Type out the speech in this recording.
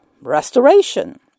restoration